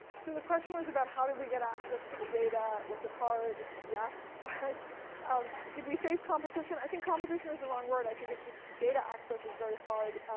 so the question was about how did we get access to the data? was it hard? yes. um did we face competition? i think competition is the wrong word. i think it's just data access is very hard.